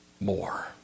more